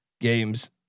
games